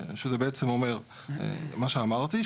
שזה בעצם אומר מה שאמרתי,